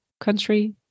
country